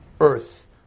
Earth